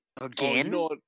Again